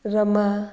Rama